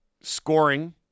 scoring